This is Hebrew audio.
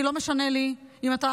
כי לא משנה לי אם אתה